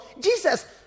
Jesus